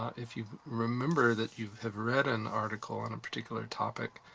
if you remember that you have read an article on a particular topic,